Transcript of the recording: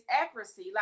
accuracy